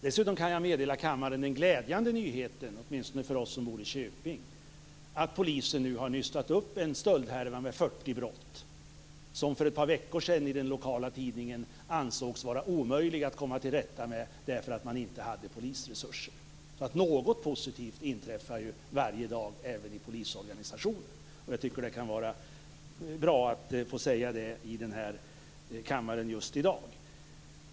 Dessutom kan jag meddela kammaren en glädjande nyhet, åtminstone för oss som bor i Köping. Nu har polisen nystat upp en stöldhärva med 40 brott som för ett par veckor sedan i den lokala tidningen ansågs vara omöjliga att komma till rätta med därför att man inte hade polisresurser. Något positivt inträffar ju varje dag även i polisorganisationen. Jag tycker att det kan vara bra att få säga det här i kammaren just i dag.